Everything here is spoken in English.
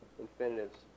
Infinitives